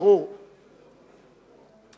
זו לקריאה ראשונה.